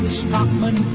stockman